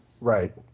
Right